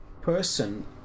person